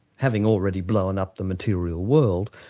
having already blown up the material world,